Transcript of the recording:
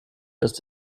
just